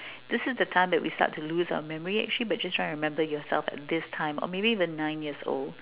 this is the time that we start to lose our memory and actually but just trying to remember yourself this time or maybe even nine years old